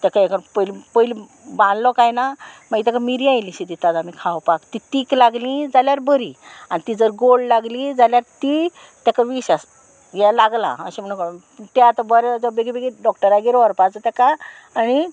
ताका हे कर पयली पयली बांदलो काय ना मागीर ताका मिरयां येयलीशीं दितात आमी खावपाक ती तीक लागली जाल्यार बरी आनी ती जर गोड लागली जाल्यार ती ताका विश आस हें लागलां अशें म्हणून कोण तें आतां बरें जर बेगी बेगीन डॉक्टरागेर व्हरपाचो ताका आनी